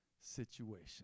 situation